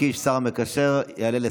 חבר הכנסת אלמוג כהן, בבקשה.